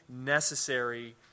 necessary